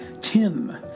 Tim